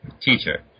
teacher